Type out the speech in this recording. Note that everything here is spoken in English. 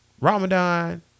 Ramadan